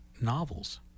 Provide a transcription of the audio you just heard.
novels